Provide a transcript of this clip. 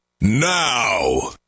now